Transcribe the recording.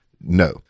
No